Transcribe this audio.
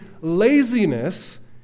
laziness